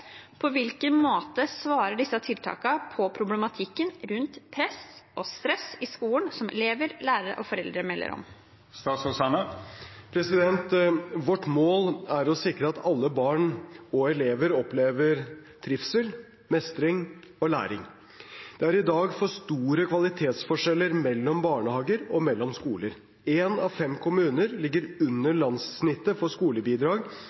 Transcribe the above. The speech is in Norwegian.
På hvilken måte svarer disse tiltakene på problematikken rundt press og stress i skolen, som elever, lærere og foreldre melder om?» Vårt mål er å sikre at alle barn og elever opplever trivsel, mestring og læring. Det er i dag for store kvalitetsforskjeller mellom barnehager og mellom skoler. En av fem kommuner ligger under landssnittet for skolebidrag